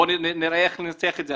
בואו נראה איך ננסח את זה,